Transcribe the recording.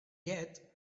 yet